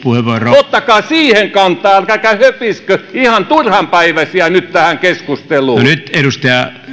ottakaa siihen kantaa älkääkä höpiskö ihan turhanpäiväisiä nyt tähän keskusteluun